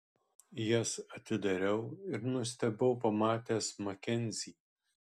jas atidariau ir nustebau pamatęs makenzį